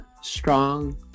strong